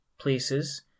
places